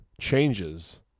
changes